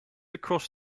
across